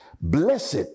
Blessed